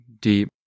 deep